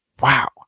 Wow